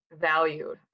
valued